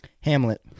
Hamlet